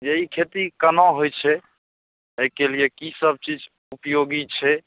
जे ई खेती केना होइ छै अइके लिये की सब चीज उपयोगी छै